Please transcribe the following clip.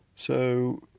so,